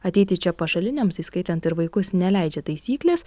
ateiti čia pašaliniams įskaitant ir vaikus neleidžia taisyklės